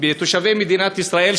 תושבי מדינת ישראל,